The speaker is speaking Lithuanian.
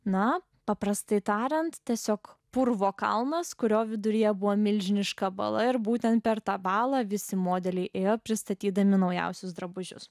na paprastai tariant tiesiog purvo kalnas kurio viduryje buvo milžiniška bala ir būtent per tą balą visi modeliai ėjo pristatydami naujausius drabužius